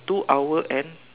two hour and